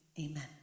Amen